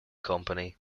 company